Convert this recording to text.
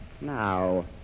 Now